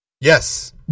Yes